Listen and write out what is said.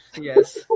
Yes